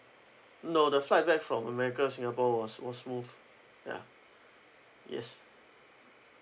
no the flight back from america singapore was was smooth ya yes